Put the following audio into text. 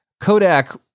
Kodak